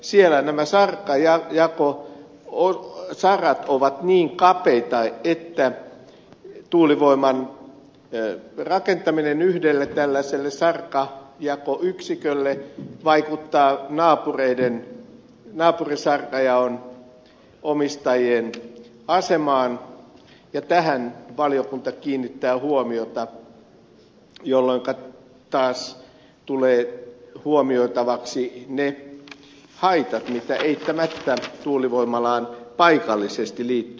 siellä nämä sarkajaon sarat ovat niin kapeita että tuulivoiman rakentaminen yhdelle tällaiselle sarkajakoyksikölle vaikuttaa naapurisarkojen omistajien asemaan ja tähän valiokunta kiinnittää huomiota jolloinka tulee huomioitavaksi ne haitat mitä eittämättä tuulivoimalaan paikallisesti liittyy